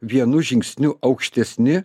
vienu žingsniu aukštesni